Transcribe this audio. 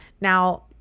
now